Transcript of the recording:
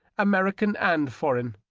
american and foreign,